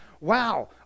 wow